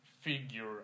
figure